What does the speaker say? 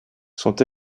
sont